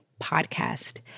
podcast